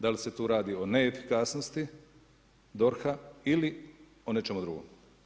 Da li se tu radi o neefikasnosti DORH-a ili o nečemu drugom?